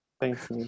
thanks